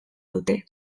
dute